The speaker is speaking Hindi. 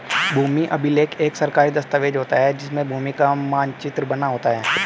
भूमि अभिलेख एक सरकारी दस्तावेज होता है जिसमें भूमि का मानचित्र बना होता है